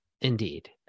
Indeed